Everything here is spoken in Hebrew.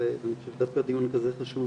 אז אני חושב שדווקא הדיון הוא כזה חשוב